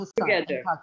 together